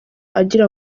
agira